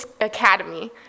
academy